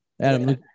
Adam